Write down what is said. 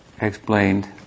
explained